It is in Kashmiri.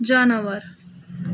جاناوار